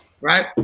right